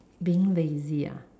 being lazy ah